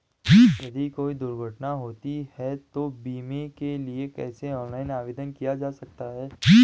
यदि कोई दुर्घटना होती है तो बीमे के लिए कैसे ऑनलाइन आवेदन किया जा सकता है?